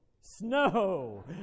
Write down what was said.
snow